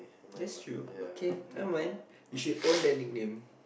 that's true okay never mind you should own that nickname